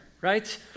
right